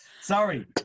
Sorry